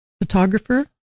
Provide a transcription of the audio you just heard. photographer